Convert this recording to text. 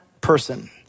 person